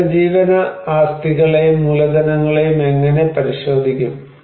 ഈ ഉപജീവന ആസ്തികളെയും മൂലധനങ്ങളെയും എങ്ങനെ പരിശോധിക്കും